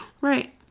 Right